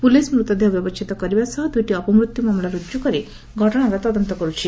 police ମୃତଦେହ ବ୍ୟବଛେଦ କରିବା ସହ ଦୁଇଟି ଅପମୃତ୍ୟୁ ମାମଲା ରୁଜୁ କରି ଘଟଣାର ତଦନ୍ତ କରୁଛି